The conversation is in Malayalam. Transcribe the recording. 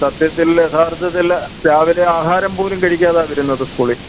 സത്യത്തിൽ യഥാർത്ഥത്തില് രാവിലെ ആഹാരം പോലും കഴിക്കാതെയാണ് വരുന്നത് സ്കൂളിൽ